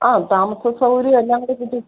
ആ താമസസൗകര്യവും എല്ലാം കൂടി കൂട്ടി